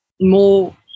More